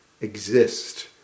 Exist